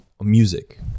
music